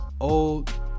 old